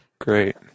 Great